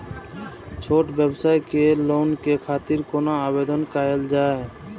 छोट व्यवसाय के लोन के खातिर कोना आवेदन कायल जाय?